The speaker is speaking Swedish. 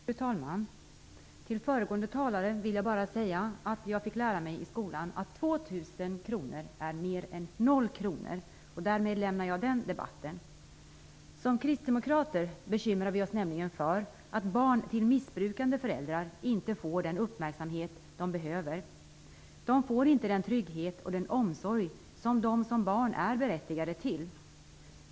Fru talman! Till den tidigare socialdemokratiske talaren vill jag säga att jag fick lära mig i skolan att 2 000 kr är mer än 0 kr. Därmed lämnar jag den debatten. Det bekymrar oss kristdemokrater att barn till missbrukande föräldrar inte får den uppmärksamhet de behöver. De får inte den trygghet och den omsorg som de som barn är berättigade till.